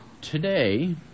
Today